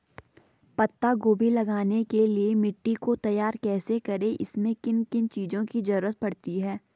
पत्ता गोभी लगाने के लिए मिट्टी को तैयार कैसे करें इसमें किन किन चीज़ों की जरूरत पड़ती है?